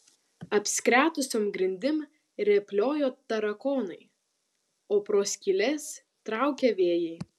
apskretusiom grindim rėpliojo tarakonai o pro skyles traukė vėjai